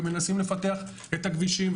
ומנסים לפתח את הכבישים,